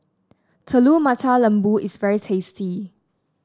Telur Mata Lembu is very tasty